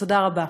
תודה רבה.